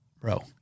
bro